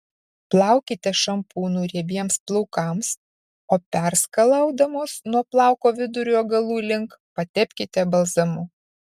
plaukite šampūnu riebiems plaukams o perskalaudamos nuo plauko vidurio galų link patepkite balzamu